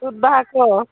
ᱥᱩᱫ ᱵᱟᱦᱟᱠᱚ